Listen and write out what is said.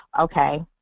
okay